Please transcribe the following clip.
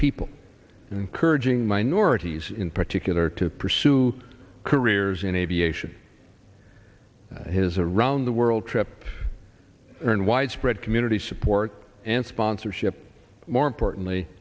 people encouraging minorities in particular to pursue careers in aviation has a round the world trip and widespread community support and sponsorship more importantly